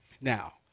Now